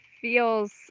feels